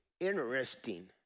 Interesting